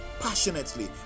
passionately